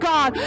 God